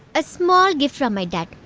a small gift from my dad.